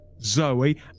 Zoe